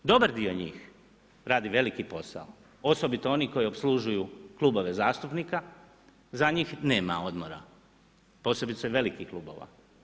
Dobar dio njih radi veliki posao, osobito oni koji opslužuju klubove zastupnika, za njih nema odmora, posebice velikih klubova.